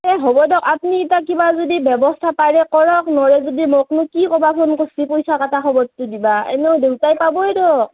এই হ'ব দিয়ক আপুনি ইটা কিবা যদি ব্যৱস্থা পাৰে কৰক নৰে যদি মোকনো কি ক'ব ফোন কৰিছে পইচা কটা খবৰতো দিব এনেও দেউতাই পাবই দিয়ক